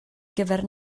gyfer